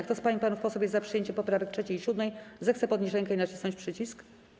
Kto z pań i panów posłów jest za przyjęciem poprawek 3. i 7., zechce podnieść rękę i nacisnąć przycisk.